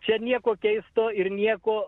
čia nieko keisto ir nieko